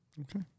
Okay